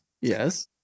Yes